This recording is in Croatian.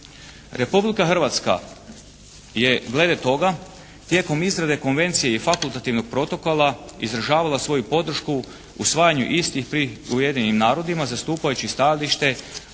Republika Hrvatska je glede toga tijekom izrade konvencije i fakultativnog protokola izražavala svoju podršku usvajanju istih pri Ujedinjenim narodima zastupajući stajalište da